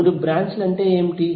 మూడు బ్రాంచ్ లు ఏమిటి